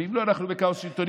ואם לא, אנחנו בכאוס שלטוני.